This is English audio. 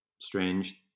strange